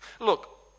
Look